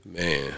Man